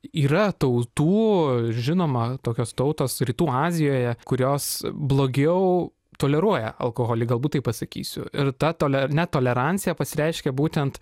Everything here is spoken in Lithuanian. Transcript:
yra tautų žinoma tokios tautos rytų azijoje kurios blogiau toleruoja alkoholį galbūt tai pasakysiu ir ta tole netolerancija pasireiškia būtent